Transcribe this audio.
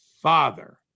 father